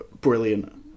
brilliant